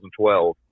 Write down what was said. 2012